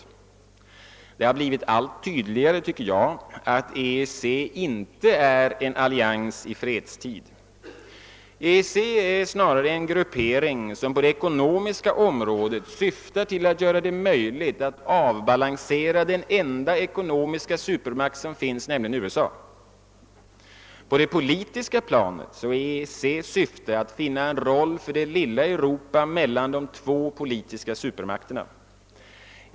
Jag tycker det har blivit allt tydligare att EEC inte är nå rare en gruppering, som på det ekono miska området syftar till att göra det möjligt att avbalansera den enda ekonomiska supermakt som finns, nämligen USA. På det politiska planet är EEC:s syfte att finna en roll för det lilla Europa mellan de två politiska supermakterna.